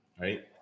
Right